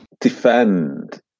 defend